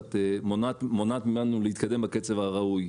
קצת מונעת להתקדם בקצב הראוי,